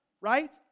right